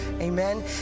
Amen